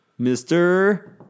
Mr